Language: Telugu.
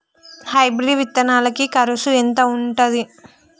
హైబ్రిడ్ విత్తనాలకి కరుసు ఎంత ఉంటది?